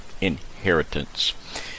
inheritance